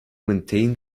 maintain